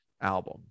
album